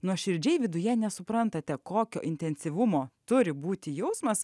nuoširdžiai viduje nesuprantate kokio intensyvumo turi būti jausmas